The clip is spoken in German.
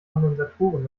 kondensatoren